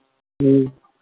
ᱦᱩᱸ